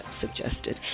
suggested